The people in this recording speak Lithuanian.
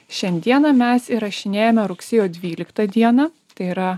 šiandieną mes įrašinėjame rugsėjo dvyliktą dieną tai yra